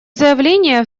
заявление